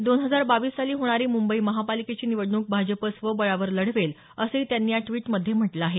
दोन हजार बावीस साली होणारी मुंबई महापालिकेची निवडणूक भाजप स्वबळावर लढवेल असंही त्यांनी या ट्वीटमध्ये म्हटलं आहे